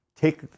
take